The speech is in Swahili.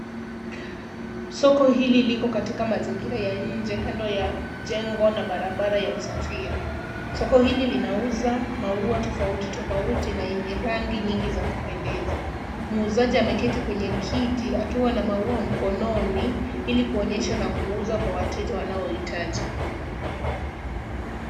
Soko hili liko katika mazingira ya nje kando ya jengo na barabara ya usafiri. Soko hili linauza maua tofauti tofauti na yenye rangi nyingi za kupendeza. Muuzaji ameketi kwenye kiti akiwa na maua mkononi ili kuonyesha na kuuza kwa wateja wanaohitaji.